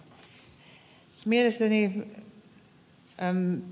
mielestäni ed